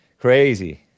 Crazy